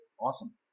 Awesome